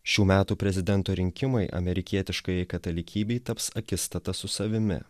šių metų prezidento rinkimai amerikietiškai katalikybei taps akistata su savimi